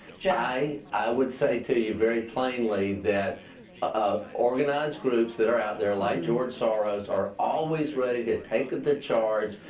i i would say to you very plainly that ah organized groups that are out there, like george soros, are always ready to take the charge,